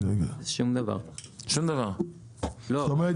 שום דבר זאת אומרת ,